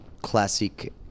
classic